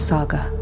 Saga